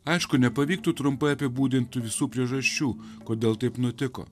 aišku nepavyktų trumpai apibūdint visų priežasčių kodėl taip nutiko